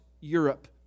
Europe